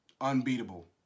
unbeatable